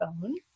phone